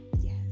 Yes